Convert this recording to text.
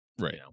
Right